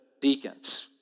deacons